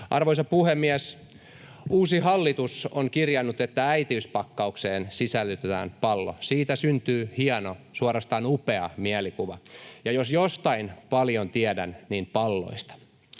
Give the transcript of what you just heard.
Arvoisa puhemies! Uusi hallitus on kirjannut, että äitiyspakkaukseen sisällytetään pallo. Siitä syntyy hieno, suorastaan upea mielikuva, ja jos jostain paljon tiedän, niin palloista.